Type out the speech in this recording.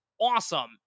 awesome